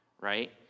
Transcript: right